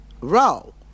row